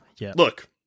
Look